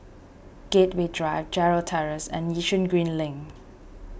Gateway Drive Gerald Terrace and Yishun Green Link